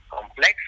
complex